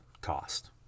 cost